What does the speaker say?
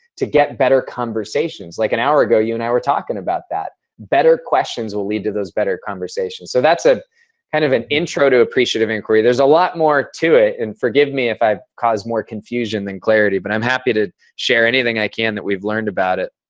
to get better conversations. like an hour ago, you and i were talking about that. better questions will lead to those better conversations. so that's ah kind of an intro to appreciative inquiry. there's a lot more to it and, forgive me if i've caused more confusion than clarity, but i'm happy to share anything that i can that we've learned about it.